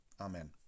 Amen